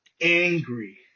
angry